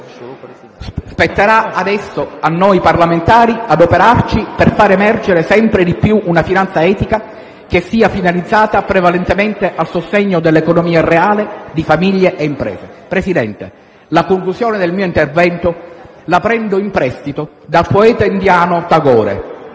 Spetterà adesso a noi parlamentari adoperarci per far emergere sempre di più una finanza etica che sia finalizzata prevalentemente al sostegno dell'economia reale di famiglie e imprese. Presidente, la conclusione del mio intervento la prendo in prestito dal poeta indiano Tagore,